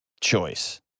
choice